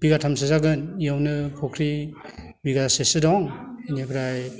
बिगाथामसो जागोन इयावनो फुख्रि बिगासेसो दं बिनिफ्राय